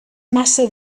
massa